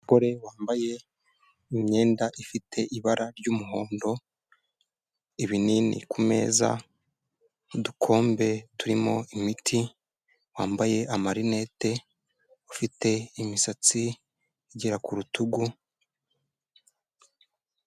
Umugore wambaye imyenda ifite ibara ry'umuhondo, ibinini ku meza, udukombe turimo imiti, wambaye amarinete, ufite imisatsi igera ku rutugu.